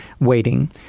waiting